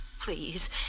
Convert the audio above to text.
Please